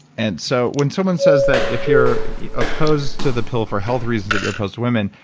and so when someone says that if you're opposed to the pill for health reasons that you're opposed to women,